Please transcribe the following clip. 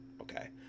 okay